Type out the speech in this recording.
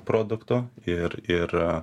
produktu ir ir